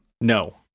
No